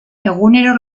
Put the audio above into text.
egunero